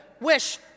Wish